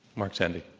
mark zandi.